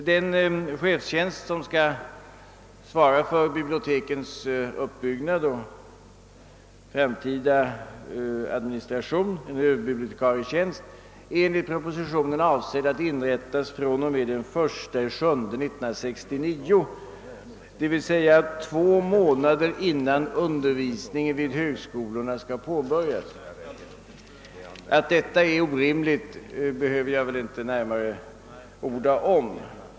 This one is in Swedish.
Den överbibliotekarietjänst, vars innehavare skall svara för bibliotekets uppbyggnad och framtida administration, är enligt propositionen avsedd att inrättas fr.o.m. den 1 juli 1969, d.v.s. två månader innan undervisningen skall påbörjas. Att detta är orimligt behöver jag väl inte närmare orda om.